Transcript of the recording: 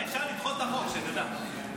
אפשר לדחות את החוק, שתדע.